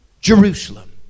Jerusalem